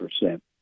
percent